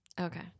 Okay